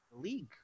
league